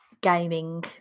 gaming